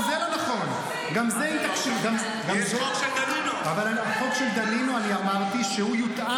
תגיד לי, לא צריך שומר סף?